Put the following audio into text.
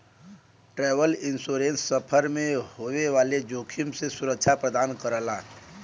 travel insurance सफर में होए वाले जोखिम से सुरक्षा प्रदान करला